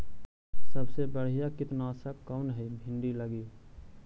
सबसे बढ़िया कित्नासक कौन है भिन्डी लगी?